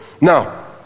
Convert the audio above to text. Now